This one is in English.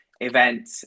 event